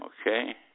Okay